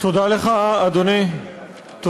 אדוני היושב-ראש,